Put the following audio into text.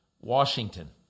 Washington